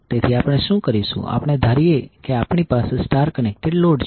તેથી આપણે શું કરીશું આપણે ધારીએ કે આપણી પાસે સ્ટાર કનેક્ટેડ લોડ છે